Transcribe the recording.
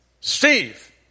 Steve